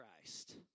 Christ